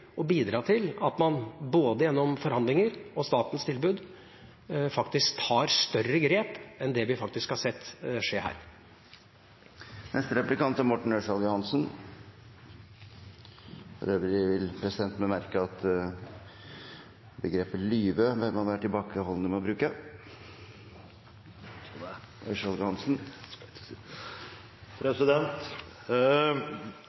bidra til at man både gjennom forhandlinger og statens tilbud tar større grep enn det vi faktisk har sett skje her. For øvrig vil presidenten bemerke at begrepet «lyver» må vi være tilbakeholdne med å bruke. Representanten Storberget sier at det er mye uklarhet her. Jeg